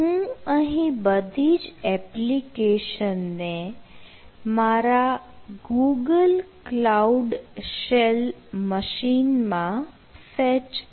હું અહીં બધી જ એપ્લિકેશનને મારા ગૂગલ કલાઉડ શેલ મશીનમાં ફેચ કરીશ